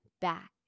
back